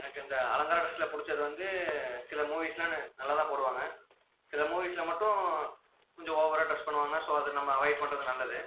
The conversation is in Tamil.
எனக்கு இந்த அலங்கார டிரஸ்சில் பிடிச்சது வந்து சில மூவிஸ்ஸெலாம் ந நல்லாதான் போடுவாங்க சில மூவிஸ்சில் மட்டும் கொஞ்சம் ஓவராக ட்ரெஸ் பண்ணுவாங்க ஸோ அது நம்ம அவாய்ட் பண்ணுறது நல்லது